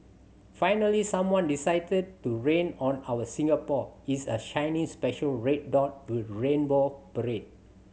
finally someone decided to rain on our Singapore is a shiny special red dot with rainbow parade